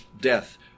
death